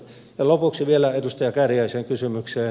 lopuksi vielä edustaja kääriäisen kysymykseen